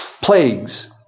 Plagues